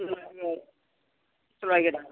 ಚೊಲೋ ಆಗಿದೆ